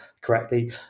correctly